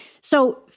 So-